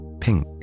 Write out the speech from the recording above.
pink